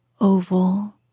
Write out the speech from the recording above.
oval